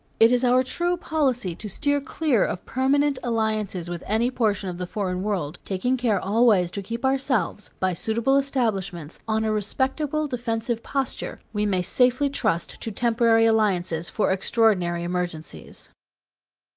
it is our true policy to steer clear of permanent alliances with any portion of the foreign world. taking care always to keep ourselves, by suitable establishments, on a respectable defensive posture, we may safely trust to temporary alliances for extraordinary emergencies.